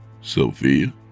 Sophia